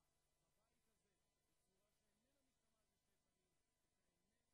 הנאום הזה ייזכר בתולדות הכנסת כנאום החם והאוהד ביותר למדינת